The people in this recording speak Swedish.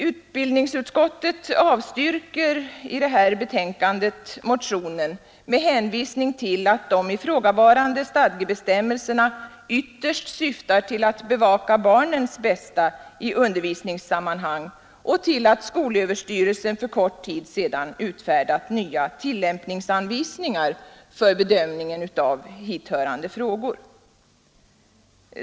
Utbildningsutskottet avstyrker motionen med hänvisning till att de ifrågavarande stadgebestämmelserna ytterst syftar till att bevaka barnens bästa i undervisningssammanhang och till att skolöverstyrelsen för kort tid sedan utfärdat nya tillämpningsanvisningar för bedömningen av hithörande frågor.